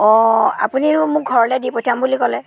অঁ আপুনিতো মোক ঘৰলৈ দি পঠিয়াম বুলি ক'লে